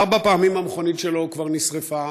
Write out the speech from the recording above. ארבע פעמים המכונית שלו כבר נשרפה.